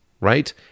right